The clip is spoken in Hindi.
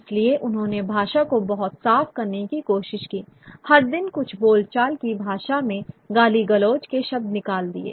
इसलिए उन्होंने भाषा को बहुत साफ करने की कोशिश की हर दिन कुछ बोलचाल की भाषा में गाली गलौज के शब्द निकाल दिए